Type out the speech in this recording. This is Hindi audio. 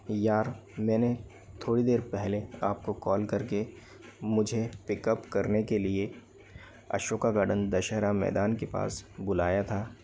यार मैंने थोड़ी देर पहले आपको कॉल करके मुझे पिकअप करने के लिए अशोका गार्डन दशहरा मैदान के पास बुलाया था